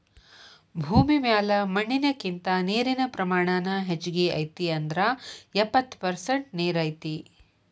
ಭೂಮಿ ಮ್ಯಾಲ ಮಣ್ಣಿನಕಿಂತ ನೇರಿನ ಪ್ರಮಾಣಾನ ಹೆಚಗಿ ಐತಿ ಅಂದ್ರ ಎಪ್ಪತ್ತ ಪರಸೆಂಟ ನೇರ ಐತಿ